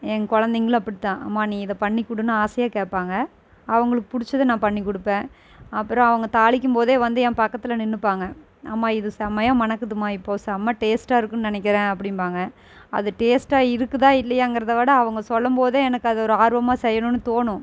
என் குழந்தைங்களும் அப்படிதான் அம்மா நீ இதை பண்ணிக்கொடுனு ஆசையாக கேட்பாங்க அவங்களுக்கு பிடிச்சத நான் பண்ணிக்கொடுப்பேன் அப்பறம் அவங்க தாளிக்கும்போதே வந்து என் பக்கத்தில் நின்றுப்பாங்க அம்மா இது செம்மையா மணக்குதும்மா இப்போது செம்ம டேஸ்ட்டாக இருக்கும்ன்னு நினைக்கிறேன் அப்படிம்பாங்க அது டேஸ்ட்டாக இருக்குதா இல்லையாங்கிறத விட அவங்க சொல்லும்போதே எனக்கு அது ஒரு ஆர்வமாக செய்யணுன்னு தோணும்